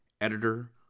Editor